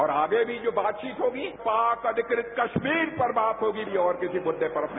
और आगे भी जो बातचीत होगी पाक अधिकृत कश्मीर पर बात होगी और किसी मुद्दे पर नहीं